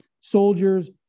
soldiers